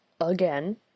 again